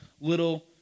little